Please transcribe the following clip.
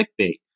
clickbait